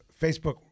Facebook